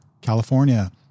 California